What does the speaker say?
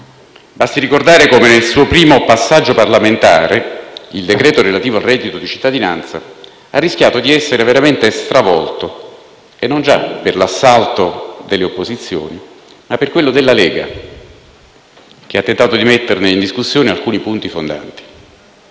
Basti ricordare come, nel suo primo passaggio parlamentare, il decreto-legge in materia di reddito di cittadinanza abbia rischiato di essere davvero stravolto e non già per l'assalto delle opposizioni, ma per quello della Lega, che ha tentato di metterne in discussione alcuni punti fondanti.